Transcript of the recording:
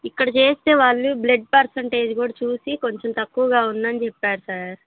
ఇక్కడ చేస్తే వాళ్ళు బ్లడ్ పర్సెంటేజ్ కూడా చూసి కొంచెం తక్కువగా ఉందని చెప్పారు సార్